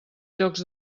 llocs